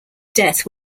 death